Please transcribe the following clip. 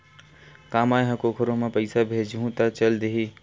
का मै ह कोखरो म पईसा भेजहु त चल देही?